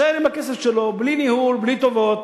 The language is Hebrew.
יישאר עם הכסף שלו, בלי ניהול, בלי טובות,